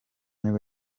nibwo